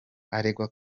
aregwa